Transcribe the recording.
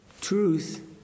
truth